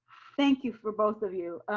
thank you for both of you.